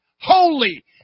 holy